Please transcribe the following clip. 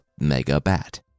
megabat